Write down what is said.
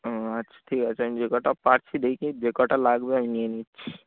ও আচ্ছা ঠিক আছে আমি যে কটা পারছি দেখি যে কটা লাগবে আমি নিয়ে নিচ্ছি